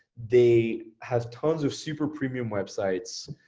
they have tons of super premium websites.